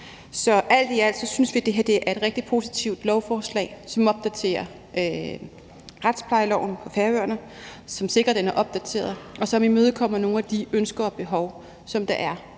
Så alt i alt synes vi, det her er et rigtig positivt lovforslag, som opdaterer retsplejeloven på Færøerne, som sikrer, at den er opdateret, og som imødekommer nogle af de ønsker og behov, der er